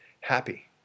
happy